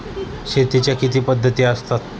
शेतीच्या किती पद्धती असतात?